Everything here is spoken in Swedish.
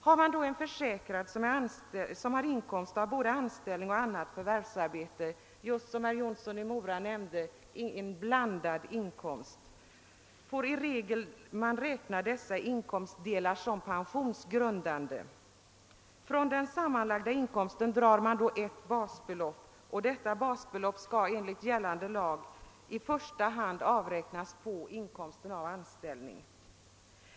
Har man då en försäkrad som har inkomst av både anställning och annat förvärvsarbete — alltså som herr Jonsson i Mora nämnde, s.k. blandad inkomst — får man i regel räkna dessa inkomstdelar som pensionsgrundande. Från den sammanlagda inkomsten drar man då ett basbelopp. Detta basbelopp skall enligt gällande lag i första hand avräknas på inkomsten av anställning.